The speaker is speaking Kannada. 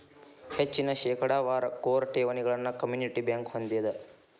ಹೆಚ್ಚಿನ ಶೇಕಡಾವಾರ ಕೋರ್ ಠೇವಣಿಗಳನ್ನ ಕಮ್ಯುನಿಟಿ ಬ್ಯಂಕ್ ಹೊಂದೆದ